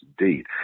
indeed